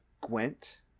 Gwent